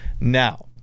Now